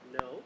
no